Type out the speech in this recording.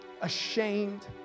ashamed